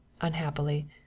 unhappily